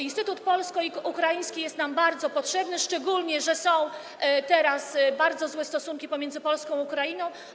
Instytut polsko-ukraiński jest nam bardzo potrzebny, szczególnie że są teraz bardzo złe stosunki pomiędzy Polską a Ukrainą.